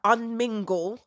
Unmingle